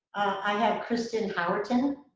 i have kristen howerton.